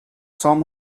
some